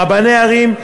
רבני ערים,